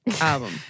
album